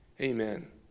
Amen